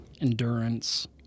endurance